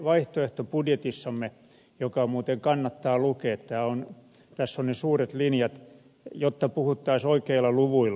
meidän vaihtoehtobudjettimme muuten kannattaa lukea tässä ovat ne suuret linjat jotta puhuttaisiin oikeilla luvuilla